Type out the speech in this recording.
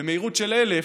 במהירות של 1,000,